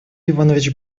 иванович